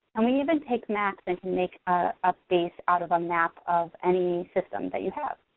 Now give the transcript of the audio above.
and we even take maps and can make ah updates out of a map of any system that you have.